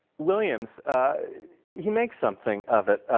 williams he makes something of it,